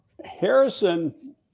Harrison